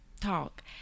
talk